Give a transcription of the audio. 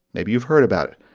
maybe you've heard about it.